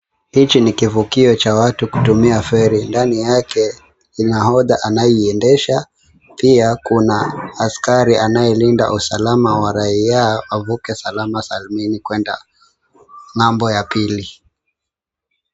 Hiki ni kivukio cha watu kutumia feri. Ndani yake ni nahodha anayeiendesha pia kuna askari anayelinda usalama wa raia wavuke salama salmini kwenda ng'ambo ya pili.